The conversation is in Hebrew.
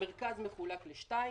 המרכז מחולק לשניים: